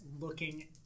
looking